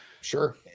sure